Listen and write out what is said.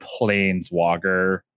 planeswalker